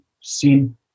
seen